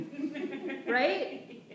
right